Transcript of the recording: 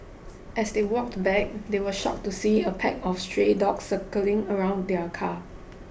as they walked back they were shocked to see a pack of stray dogs circling around the car